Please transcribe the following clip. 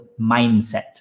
Mindset